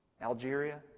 Algeria